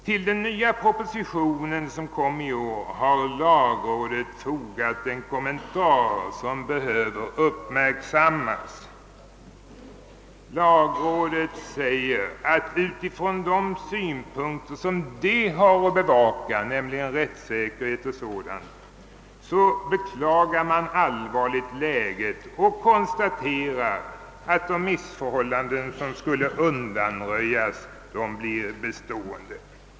Till den nya proposition som lades fram i år har lagrådet fogat en kommentar som bör uppmärksammas. Lagrådet säger att utifrån de synpunkter som lagrådet har att bevaka, nämligen rättssäkerhet m.m., beklagar man allvarligt läget och konstaterar att de missförhållanden som skulle undanröjas blir bestående.